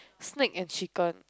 snake and chicken